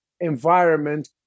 environment